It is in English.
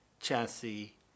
chassis